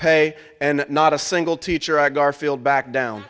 pay and not a single teacher i garfield back down